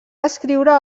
escriure